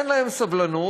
אין להם סבלנות,